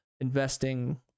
investing